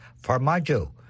Farmajo